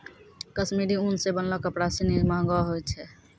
कश्मीरी उन सें बनलो कपड़ा सिनी महंगो होय छै